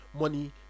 money